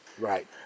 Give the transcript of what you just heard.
Right